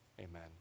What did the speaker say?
amen